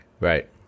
Right